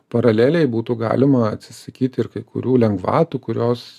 paraleliai būtų galima atsisakyti ir kai kurių lengvatų kurios